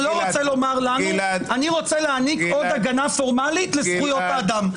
אתה לא רוצה לומר לנו שאתה רוצה להעניק עוד הגנה פורמלית לזכויות אדם.